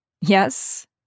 Yes